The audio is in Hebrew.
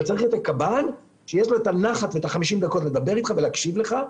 אבל צריך הקב"ן שיש לו נחת ו-50 דקות לדבר איתך ולהקשיב לך,